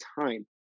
time